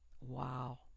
wow